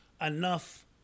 enough